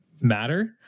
matter